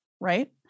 right